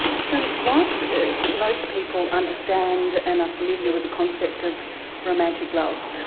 so whilst most people understand and are familiar with the concept of romantic love,